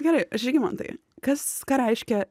gerai žygimantai kas ką reiškia